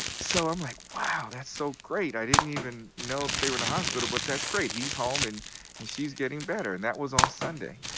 so i'm like, wow, that's so great. i didn't even know that they were in the hospital. but that's great. he's home, and and she's getting better. and that was on sunday.